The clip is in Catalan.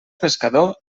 pescador